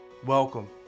welcome